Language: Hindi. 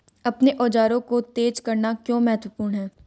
अपने औजारों को तेज करना क्यों महत्वपूर्ण है?